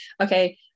okay